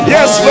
Yes